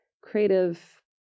creative